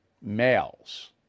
males